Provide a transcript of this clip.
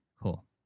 Cool